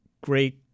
great